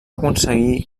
aconseguir